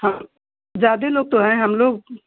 हाँ ज्यादा लोग तो हैं हम लोग